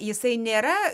jisai nėra